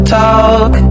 talk